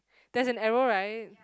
there is an error right